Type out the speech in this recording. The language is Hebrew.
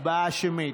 הצבעה שמית.